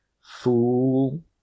fool